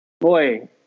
boy